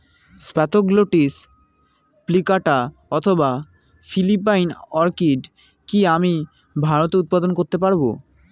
Spathoglottis plicata অথবা Philippine orchid কি আমি ভারতে উৎপাদন করতে পারবো?